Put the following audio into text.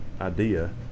idea